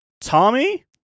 Tommy